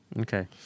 Okay